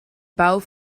bouw